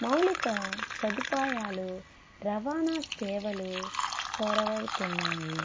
మౌలిక సదుపాయాలు రవాణా సేవలు కొరవవుతున్నాయి